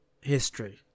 history